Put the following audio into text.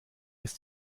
ist